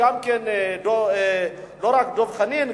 לא רק דב חנין,